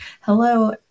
hello